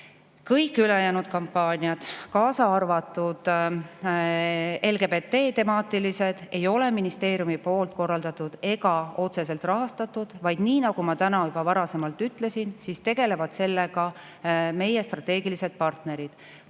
Kõik ülejäänud kampaaniad, kaasa arvatud LGBT-temaatilised, ei ole ministeeriumi korraldatud ega otseselt rahastatud. Nagu ma täna juba varasemalt ütlesin, sellega tegelevad meie strateegilised partnerid.